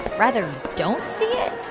rather, don't see it?